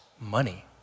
money